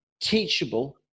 teachable